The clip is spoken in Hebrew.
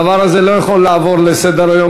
הדבר הזה, לא יכולים לעבור לסדר-היום.